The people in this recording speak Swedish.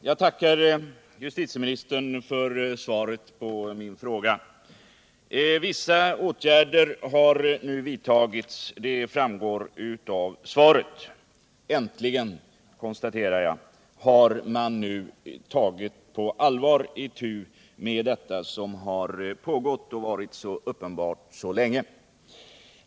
Herr talman! Jag tackar justitieministern för svaret på min fråga. Vissa åtgärder har nu vidtagits, som framgår av svaret. Äntligen, konstaterar jag, har man nu på allvar tagit itu med detta som pågått och varit uppenbart så länge.